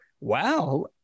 wow